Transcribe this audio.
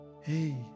Hey